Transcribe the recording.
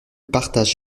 partage